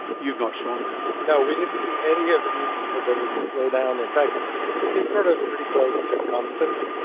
you've not shown that. no, we didn't see any evidence that there was a slowdown. in fact it's sort of pretty close to constant.